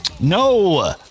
No